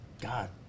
god